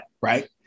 right